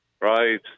Right